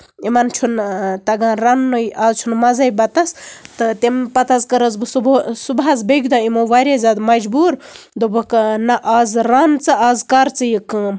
یِمن چھُنہٕ تَگان رَننُے آز چھُنہٕ مَزَے بَتَس تہٕ تَمہِ پَتہٕ حظ کٔرہَس بہٕ صبُحَس بیٚیہِ کہِ دۄہ یِمَو واریاہ زیادٕ مَجبوٗر دوٚپُہَکھ نہ آز رَن ژٕ آز کر ژٕ یہِ کٲم